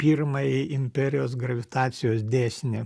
pirmąjį imperijos gravitacijos dėsnį